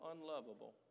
unlovable